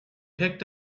picked